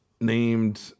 named